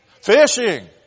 Fishing